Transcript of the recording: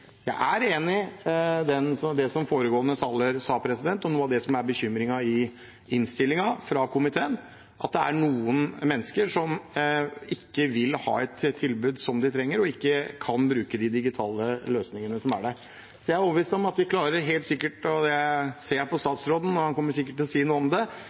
Jeg er enig i det som foregående taler sa. Noe av det som er bekymringen i innstillingen fra komiteen, er at det er noen mennesker som ikke vil ha et tilbud som de trenger, og som ikke kan bruke de digitale løsningene som er der. Jeg er overbevist om at vi klarer å få det til, og jeg ser på statsråden at han sikkert kommer til å si noe om